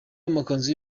amakanzu